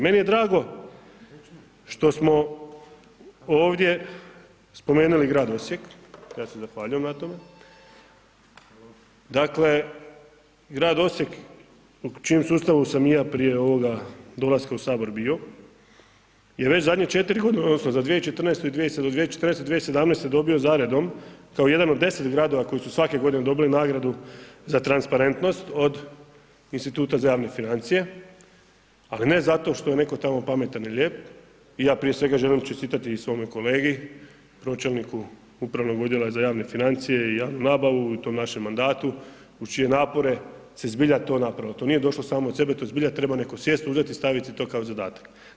Meni je drago što smo ovdje spomenuli grad Osijek, ja se zahvaljujem na tome, dakle grad Osijek u čijem sustavu sam i ja prije ovoga dolaska u sabor bio je već zadnje 4 godine …/nerazumljivo/… za 2014., od 2014., 2017. dobio zaredom kao jedan od 10 gradova koji su svake godine dobili nagradu za transparentnost od Instituta za javne financije, a ne zato što je neko tamo pametan i lijep i ja prije svega želim čestitati i svome kolegi, pročelniku upravnog odjela za javne financije i javnu nabavu u tom našem mandatu uz čije napore se zbilja to napravilo, to nije došlo samo od sebe, to zbilja netko sjesti, uzet i staviti to kao zadatak.